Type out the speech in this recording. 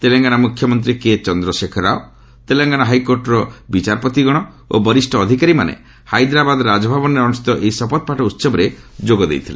ତେଲଙ୍ଗାନା ମୁଖ୍ୟମନ୍ତ୍ରୀ କେ ଚନ୍ଦ୍ରଶେଖର ରାଓ ତେଲଙ୍ଗାନା ହାଇକୋର୍ଟର ବିଚାରପତିଗଣ ଓ ବରିଷ୍ଠ ଅଧିକାରୀମାନେ ହାଇଦ୍ରାବାଦର ରାଜଭବନରେ ଅନୁଷ୍ଠିତ ଏହି ଶପଥପାଠ ଉତ୍ସବରେ ଯୋଗ ଦେଇଥିଲେ